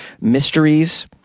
mysteries